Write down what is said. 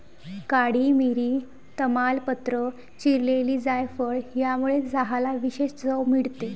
काळी मिरी, तमालपत्र, चिरलेली जायफळ यामुळे चहाला विशेष चव मिळते